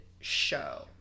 show